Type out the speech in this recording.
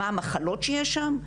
מה המחלות ששיש שם,